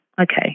okay